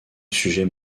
sujets